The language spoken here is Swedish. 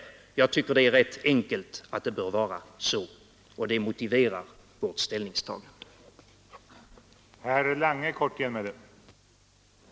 Jag tycker att det är rätt enkelt att det bör vara så, och det motiverar vårt ställningstagande.